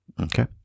Okay